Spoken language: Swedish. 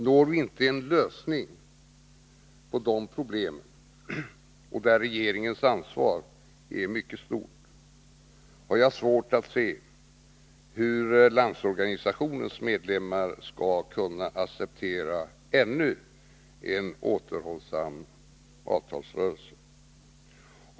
Når vi inte en lösning på dessa problem, där regeringens ansvar är mycket stort, har jag svårt att se hur Landsorganisationens medlemmar skall kunna acceptera ännu en återhållsam avtalsrörelse.